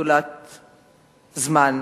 נטולת זמן,